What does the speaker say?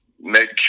make